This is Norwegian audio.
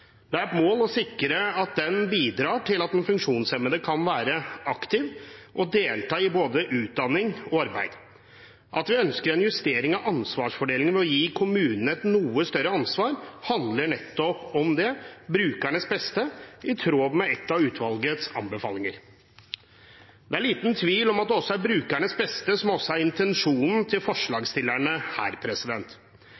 Det er et mål å sikre at den bidrar til at den funksjonshemmede kan være aktiv og delta i både utdanning og arbeid. At vi ønsker en justering av ansvarsfordelingen ved å gi kommunene et noe større ansvar, handler nettopp om det, brukernes beste, i tråd med en av utvalgets anbefalinger. Det er liten tvil om at det også er brukernes beste som her er intensjonen til